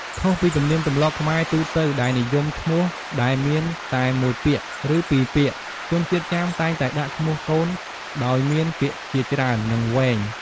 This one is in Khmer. ខុសពីទំនៀមទម្លាប់ខ្មែរទូទៅដែលនិយមឈ្មោះដែលមានតែមួយពាក្យ ឬពីរពាក្យ ជនជាតិចាមតែងតែដាក់ឈ្មោះកូនដោយមានពាក្យជាច្រើន និងវែង។